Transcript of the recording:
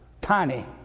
Tiny